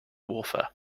warfare